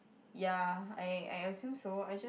ya I I assume so I just